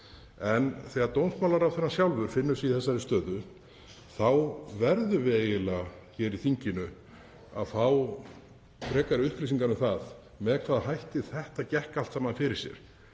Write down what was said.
en þegar dómsmálaráðherra sjálfur finnur sig í þessari stöðu þá verðum við eiginlega hér í þinginu að fá frekari upplýsingar um það með hvaða hætti þetta gekk allt saman fyrir sig.